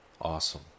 Awesome